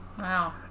Wow